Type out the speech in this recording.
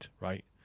right